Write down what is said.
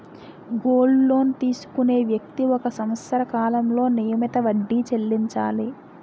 gold loan తీసుకునే వ్యక్తి ఒక సంవత్సర కాలంలో నియమిత వడ్డీ చెల్లించాలి